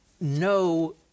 no